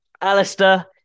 Alistair